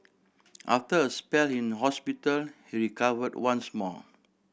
after a spell in hospital he recovered once more